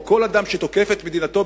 או כל אדם שתוקף את מדינתו,